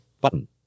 button